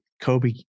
Kobe